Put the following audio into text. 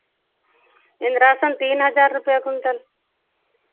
इन्द्रासन तीन हज़ार रुपैया कुन्टल